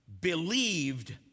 believed